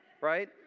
right